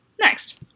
Next